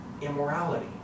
immorality